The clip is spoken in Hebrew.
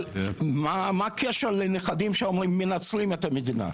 אבל מה הקשר לנכדים שאומרים מנצלים את המדינה,